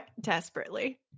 Desperately